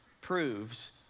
proves